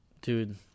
Dude